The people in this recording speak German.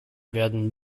werden